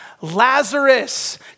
Lazarus